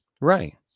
Right